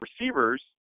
receivers